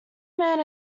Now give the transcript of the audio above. man